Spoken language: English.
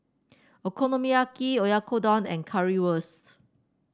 Okonomiyaki Oyakodon and Currywurst